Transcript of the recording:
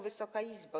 Wysoka Izbo!